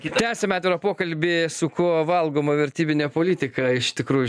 tęsiame atvirą pokalbį su kuo valgoma vertybinė politika iš tikrųjų šiandien